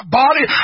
body